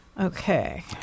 Okay